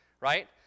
right